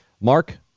Mark